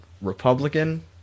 Republican